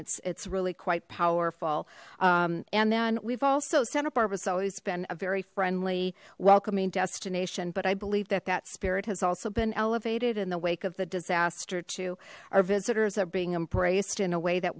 it's it's really quite powerful and then we've also santa barbara's always been a very friendly welcoming destination but i believe that that spirit has also been elevated in the wake of the disaster to our visitors are being embraced in a way that